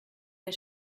der